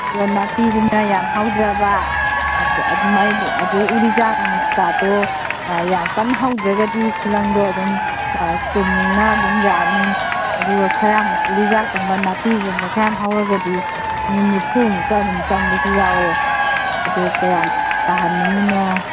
ꯑꯗꯨꯒ ꯅꯥꯄꯤꯗꯨꯅ ꯌꯥꯝ ꯍꯧꯗ꯭ꯔꯕ ꯑꯗꯩ ꯎꯔꯤꯖꯥꯛ ꯀꯥꯇꯣ ꯌꯥꯝ ꯀꯟ ꯍꯧꯗ꯭ꯔꯒꯗꯤ ꯈꯨꯂꯪꯗꯣ ꯑꯗꯨꯝ ꯀꯨꯟꯃꯨꯛꯅ ꯑꯗꯨꯝ ꯌꯥꯅꯤ ꯑꯗꯨꯒ ꯈꯔ ꯌꯥꯝ ꯎꯔꯤꯖꯥꯛꯀꯨꯝꯕ ꯅꯥꯄꯤꯒꯨꯝꯕ ꯈꯔ ꯌꯥꯝ ꯍꯧꯔꯒꯗꯤ ꯃꯤ ꯅꯤꯐꯨꯃꯨꯛꯀ ꯑꯗꯨꯝ ꯆꯪꯕꯁꯨ ꯌꯥꯎꯋꯦ ꯑꯗꯨ ꯀꯌꯥꯝ ꯇꯥꯍꯟꯅꯤꯡꯏꯅꯣ